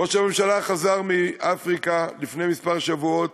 ראש הממשלה חזר מאפריקה לפני כמה שבועות